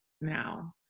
now